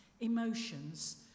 emotions